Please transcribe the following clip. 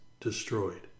destroyed